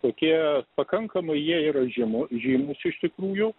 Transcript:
tokie pakankamai jie yra žymų žymūs iš tikrųjų